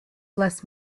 bless